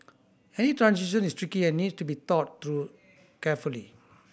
any transition is tricky and needs to be thought through carefully